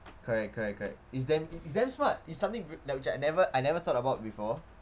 correct correct correct it's damn it's damn smart it's something that which I never I never thought about before